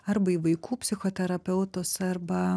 arba į vaikų psichoterapeutus arba